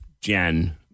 Jen